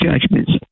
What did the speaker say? judgments